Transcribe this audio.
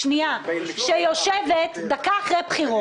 שנייה -- שיושבת דקה אחרי בחירות,